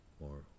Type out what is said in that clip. more